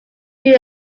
who